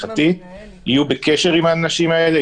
יהיו בקשר עם האנשים האלה,